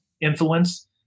influence